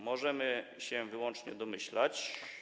Możemy się wyłącznie domyślać.